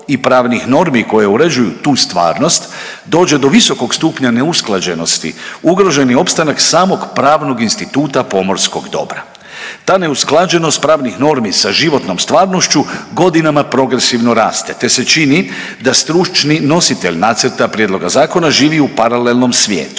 i pravnih normi koje uređuju tu stvarnost dođe do visokog stupnja neusklađenosti, ugrožen je opstanak samog pravnog instituta pomorskog dobra. Ta neusklađenost pravnih normi sa životnom stvarnošću godinama progresivno raste te se čini da stručni nositelj nacrta prijedloga zakona živi u paralelnom svijetu.